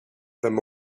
them